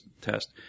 test